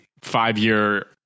five-year